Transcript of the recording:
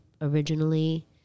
originally